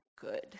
good